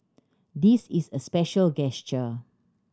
this is a special gesture